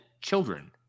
children